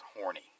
horny